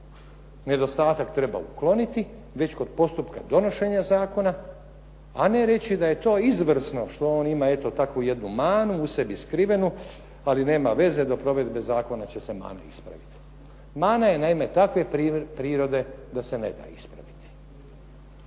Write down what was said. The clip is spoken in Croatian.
Nedostatak treba ukloniti već kod postupka donošenja zakona, a ne reći da je to izvrsno što ima jednu taku manu u sebi skrivenu, ali nema veze do provedbe zakona će se mane ispraviti. Mana je naime takve prirode da se ne da ispraviti.